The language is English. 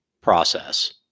process